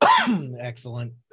Excellent